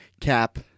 Cap